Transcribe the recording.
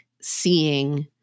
seeing